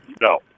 No